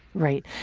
right.